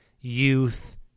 youth